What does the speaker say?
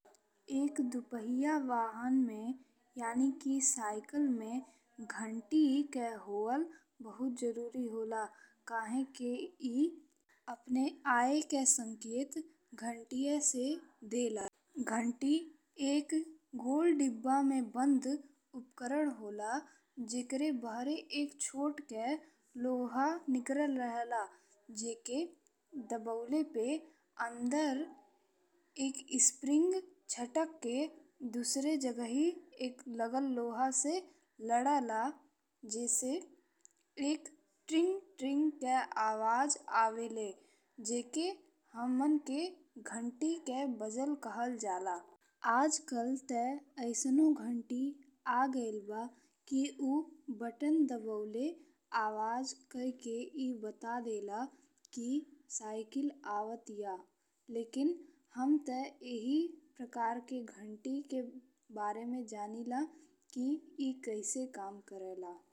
एक दुपहिया वाहन में यानी कि साइकिल में घंटी के होअल बहुत जरूरी होला। काहे के ई अपने आए के संकेत घंटीए से देला। घंटी एक गोल डिब्बा में बंद उपकरण होला जेकरे बाहरे एक छोट के लोहा निकलल रहेला जेके दबावे पे अंदर एक स्प्रिंग छटक के दुसरे जगहिए एक लागल लोहा से लड़े ला। जइसे एक ट्रिंग-ट्रिंग के आवाज आवेले। जेके हम्मन के घंटी के बनल कहल जाला। आजकल ते अइसन घंटी आ गइल बा कि ऊ बटन दबावेले आवाज कई के ई बता देला कि साइकिल आवतिया, लेकिन हम ते एहिए प्रकार के घंटी के बारे में जानिला कि ई कैसे काम करेला।